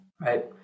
Right